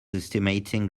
estimating